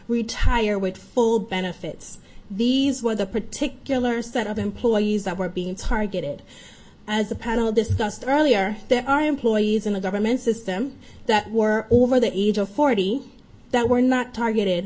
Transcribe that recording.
retire with full benefits these were the particular set of employees that were being targeted as a panel discussed earlier there are employees in the government system that were over the age of forty that were not targeted